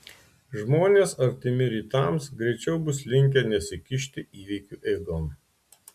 žmonės artimi rytams greičiau bus linkę nesikišti įvykių eigon